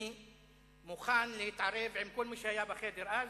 אני מוכן להתערב עם כל מי שהיה בחדר אז,